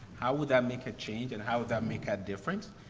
how would that make a change and how would that make a difference?